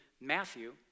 Matthew